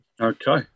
Okay